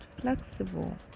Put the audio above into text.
flexible